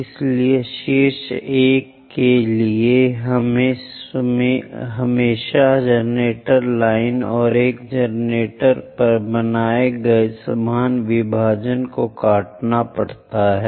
इसलिए शीर्ष एक के लिए हमें हमेशा जनरेटर लाइन और एक जनरेटर पर बनाए गए समान विभाजन को काटना पड़ता है